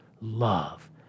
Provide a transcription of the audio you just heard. love